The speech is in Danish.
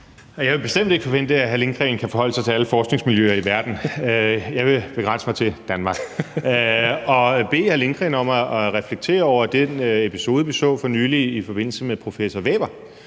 Jeg vil bestemt ikke forvente, at hr. Stinus Lindgreen kan forholde sig til alle forskningsmiljøer i verden – jeg vil begrænse mig til Danmark. Og jeg vil bede hr. Stinus Lindgreen om at reflektere over den episode, vi så for nylig, i forbindelse med professor Wæver,